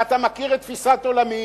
ואתה מכיר את תפיסת עולמי,